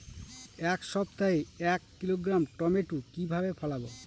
এক সপ্তাহে এক কিলোগ্রাম টমেটো কিভাবে ফলাবো?